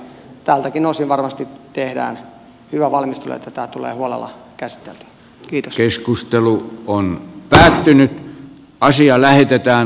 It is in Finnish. tältäkin osin varmasti tehdään hyvä valmistelu että tämä tulee huolella käsiteltyä